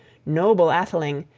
noble atheling,